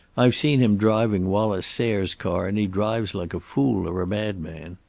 i've seen him driving wallace sayre's car, and he drives like a fool or a madman.